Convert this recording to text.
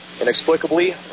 inexplicably